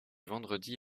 vendredi